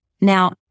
Now